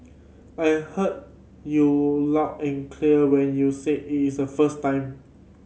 I heard you loud and clear when you said a first time